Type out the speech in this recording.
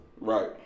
Right